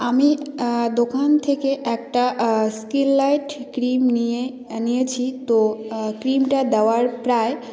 আমি দোকান থেকে একটা স্কিনলাইট ক্রিম নিয়ে নিয়েছি তো ক্রিমটা দেওয়ার প্রায়